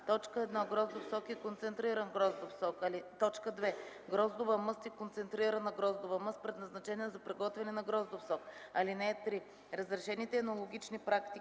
на: 1. гроздов сок и концентриран гроздов сок; 2. гроздова мъст и концентрирана гроздова мъст, предназначена за приготвяне на гроздов сок. (3) Разрешените енологични практики